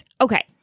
Okay